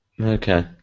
Okay